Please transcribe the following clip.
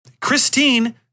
Christine